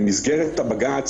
במסגרת הבג"צ,